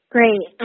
Great